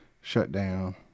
shutdown